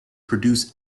produce